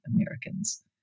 Americans